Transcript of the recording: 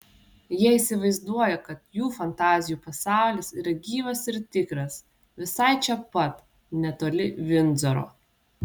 jie įsivaizduoja kad jų fantazijų pasaulis yra gyvas ir tikras visai čia pat netoli vindzoro